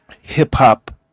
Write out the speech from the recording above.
hip-hop